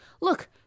Look